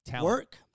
work